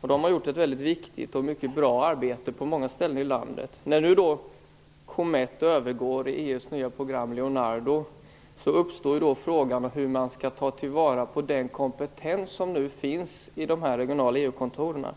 De har gjort ett väldigt viktigt och mycket bra arbete på många ställen i landet. När nu Comett övergår i EU:s nya program Leonardo uppstår frågan hur man skall ta till vara den kompetens som nu finns i de regionala EU-kontoren.